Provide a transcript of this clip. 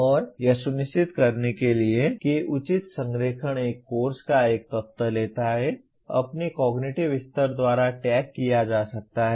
और यह सुनिश्चित करने के लिए कि उचित संरेखण एक कोर्स का एक तत्व लेता है अपने कॉग्निटिव स्तर द्वारा टैग किया जा सकता है